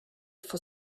for